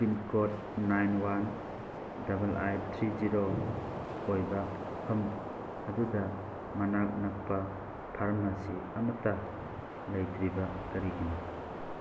pin code nine one double eight three zero ꯑꯣꯏꯕ ꯃꯐꯝ ꯑꯗꯨꯗ ꯃꯅꯥꯛ ꯅꯛꯄ ꯐꯥꯔꯃꯥꯁꯤ ꯑꯃꯠꯇ ꯂꯩꯇ꯭ꯔꯤꯕ ꯀꯔꯤꯒꯤꯅꯣ